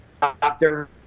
doctor